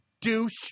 douche